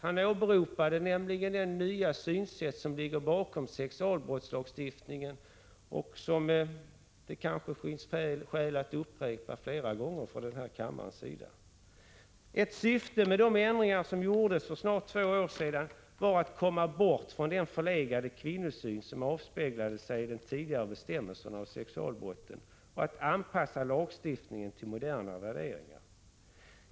Han åberopade nämligen det nya synsätt som ligger bakom sexualbrottslagstiftningen och som det kanske finns skäl att upprepa flera gånger för kammaren. Ett syfte med de ändringar som genomfördes för snart två år sedan var att komma bort från den förlegade kvinnosyn som avspeglade sig i de tidigare bestämmelserna om sexualbrotten och att anpassa lagstiftningen till moderna värderingar.